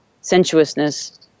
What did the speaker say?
sensuousness